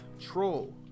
troll